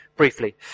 Briefly